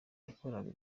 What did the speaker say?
yakoraga